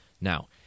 Now